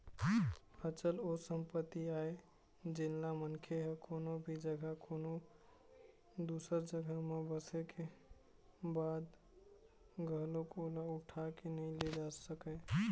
अचल ओ संपत्ति आय जेनला मनखे ह कोनो भी जघा कोनो दूसर जघा म बसे के बाद घलोक ओला उठा के नइ ले जा सकय